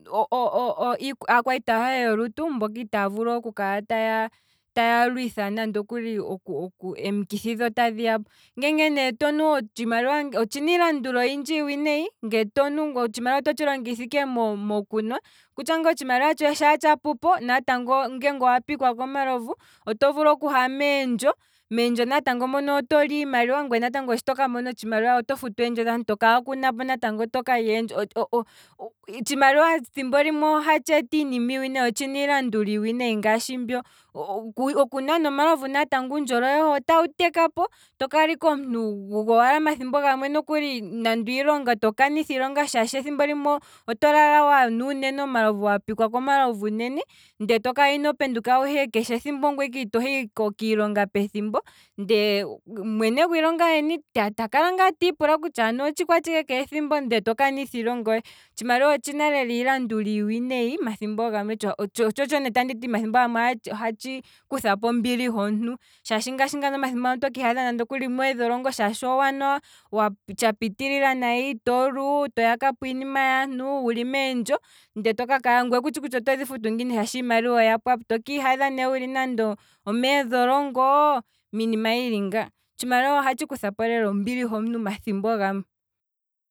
aakwaita yohe yolutu, mboka itaya vulu oku kala taya lwitha oku- oku- em'kithi dho tadhi yamo, nge nee tonu, otshimaliwa otshina iilanduli oyindji iiwinayi, nge tonu otshimaliwa oto tshi longitha ike mokunwa, okutya otshimaliwa tshohe nge otsha pupo ndele owa pikwa komalovu, oto vulu okuha meendjo, ngweye natango shi toka mona otshimaliwa tofutu ngweye to kalya eendjo, thimbo limwe natango otshimaliwa ohatshi eta uuwinayi, otshina iilanduli iiwinayi ngaashi mbyo, okunwa nee omalovu natango uundjolowele wohe otawu tekapo, tokala ike omunti gowala, omathimbo gamwe nokuli, thimbo limwe nokuli ngele iilonga oto kanitha iilonga shaashi oto lala wanwa uunene omalovu wa pikwa komalovu uunene, ndee to kala ino penduka wuhe, keshe ethimbo ongweye ike ito hi kiilonga pethimbo, mwene gwiilonga yeni ta kala ngaa tiipula kutya ano otshikwatshike keethimbo, ndele to kanitha iilonga yohe, otshimaliwa otshina lela iilanduli iiwinayi, tsho otsho ne tanditi omathimbo gamwe ohatshi kuthapo ombili homuntu, shaashi ngashi ngano omathimbo gamwe oto kiihadha nande okuli omeedholongo shaashi owanwa tsha pitilila nayi, toli, toyaka po iinima yaantu, wuli meendjo, ngwee toka kala kutshi kutya otodhi futu ngiini shaashi imaliwa oya pwapo, to kiihadha ne wuli nande omeedholongo, miinima yili nga, otshimaliwa ohatshi kuthapo lela ombili homuntu omathimbo gamwe.